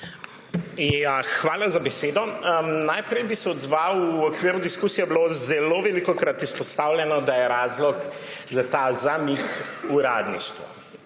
Hvala za besedo. Najprej bi se odzval. V okviru diskusije je bilo zelo velikokrat izpostavljeno, da je razlog za ta zamik uradništvo.